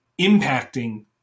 impacting